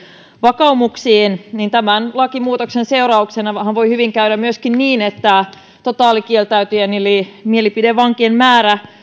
vakaumuksiin nähden niin tämän lakimuutoksen seurauksenahan voi hyvin käydä myöskin niin että totaalikieltäytyjien eli mielipidevankien määrä